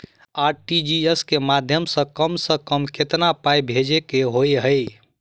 RTGS केँ माध्यम सँ कम सऽ कम केतना पाय भेजे केँ होइ हय?